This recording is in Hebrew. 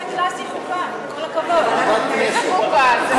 ועדת חוץ וביטחון.